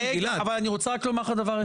צריך לראות גם את התמונה הגדולה.